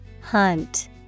hunt